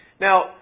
Now